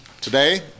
Today